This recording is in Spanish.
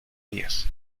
diez